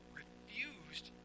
refused